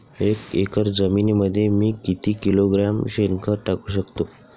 एक एकर जमिनीमध्ये मी किती किलोग्रॅम शेणखत टाकू शकतो?